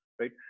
Right